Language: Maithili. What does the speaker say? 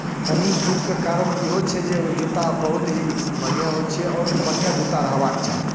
रनिंग सूजके कारण इहो छै जे ओ जूता बहुत ही बढ़िआँ होइ छै आओर बढ़िआँ जूता रहबाक चाही